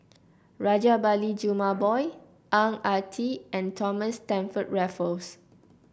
Rajabali Jumabhoy Ang Ah Tee and Thomas Stamford Raffles